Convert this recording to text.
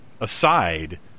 aside